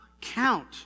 count